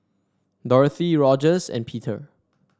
Dorothy Rogers and Peter